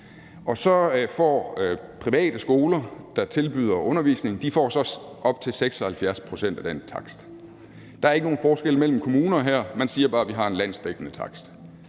og så får private skoler, der tilbyder undervisning, op til 76 pct. af den takst. Der er ikke nogen forskel mellem kommuner her – man siger bare, at vi har en landsdækkende takst.